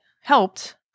helped